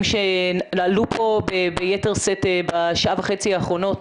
שעלו פה ביתר שאת בשעה וחצי האחרונות,